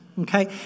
Okay